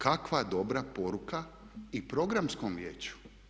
Kakva dobra poruka i Programskom vijeću.